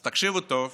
אז תקשיבו טוב,